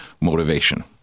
motivation